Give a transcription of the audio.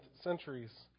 centuries